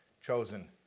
chosen